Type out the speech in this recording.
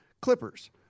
Clippers